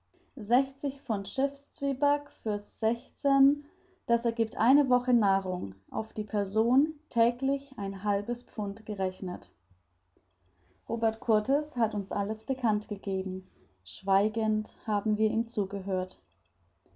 pfund schiffszwieback für sechzehn das ergiebt für eine woche nahrung auf die person täglich ein halbes pfund gerechnet robert kurtis hat uns alles bekannt gegeben schweigend haben wir ihm zugehört